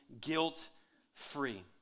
guilt-free